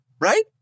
Right